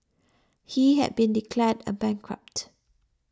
he had been declared a bankrupt